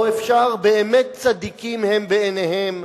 או אפשר באמת צדיקים הם בעיניהם,